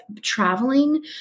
traveling